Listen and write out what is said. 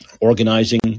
organizing